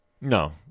No